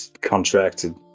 contracted